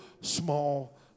small